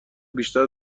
بیشتر